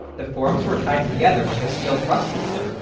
the forms were tied together with a steel truss system,